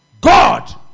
God